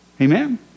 Amen